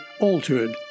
altered